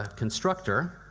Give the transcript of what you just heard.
ah constructor,